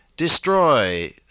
Destroy